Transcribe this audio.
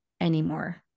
anymore